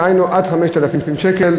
דהיינו עד 5,000 שקל,